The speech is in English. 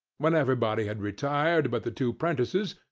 when everybody had retired but the two prentices,